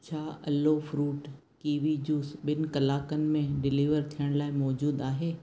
छा अलो fruit kiwi juice ॿिनि कलाकनि में डिलीवर थियण लाइ मौजूदु आहे